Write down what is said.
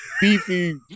beefy